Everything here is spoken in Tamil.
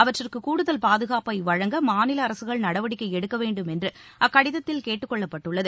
அவற்றுக்கு கூடுதல் பாதுகாப்பை வழங்க மாநில அரசுகள் நடவடிக்கை எடுக்க வேண்டும் என்று அக்கடிதத்தில் கேட்டுக் கொள்ளப்பட்டுள்ளது